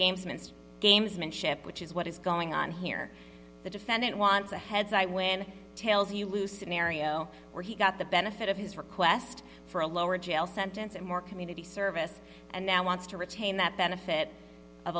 gamesmanship gamesmanship which is what is going on here the defendant wants a heads i win tails you lose scenario where he got the benefit of his request for a lower jail sentence and more community service and now wants to retain that benefit of